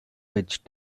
which